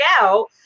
out